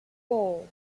four